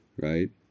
right